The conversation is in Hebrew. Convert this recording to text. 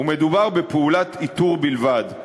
ומדובר בפעולת איתור בלבד.